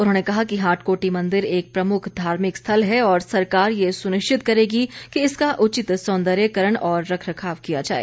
उन्होंने कहा कि हाटकोटी मंदिर एक प्रमुख धार्मिक स्थल है और सरकार ये सुनिश्चित करेगी कि इसका उचित सौंदर्यकरण और रखरखाव किया जाए